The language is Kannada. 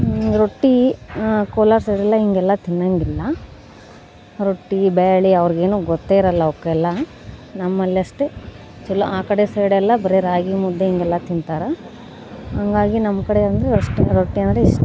ರೊಟ್ಟಿ ಕೋಲಾರ ಸೈಡ್ ಎಲ್ಲ ಹಿಂಗೆಲ್ಲ ತಿನ್ನೋಂಗಿಲ್ಲ ರೊಟ್ಟಿ ಬೇಳೆ ಅವ್ರಿಗೇನು ಗೊತ್ತೇ ಇರೋಲ್ಲ ಅವಕ್ಕೆಲ್ಲ ನಮ್ಮಲ್ಲಿ ಅಷ್ಟೆ ಚಲೋ ಆ ಕಡೆ ಸೈಡೆಲ್ಲ ಬರೀ ರಾಗಿ ಮುದ್ದೆ ಹಿಂಗೆಲ್ಲ ತಿಂತಾರೆ ಹಂಗಾಗಿ ನಮ್ಮ ಕಡೆ ಅಂದರೆ ಅಷ್ಟೇ ರೊಟ್ಟಿ ಅಂದರೆ ಇಷ್ಟ